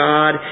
God